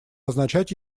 означать